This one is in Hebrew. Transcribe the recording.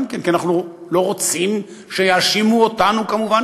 כי אנחנו לא רוצים שיאשימו אותנו כמובן